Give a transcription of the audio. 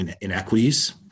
inequities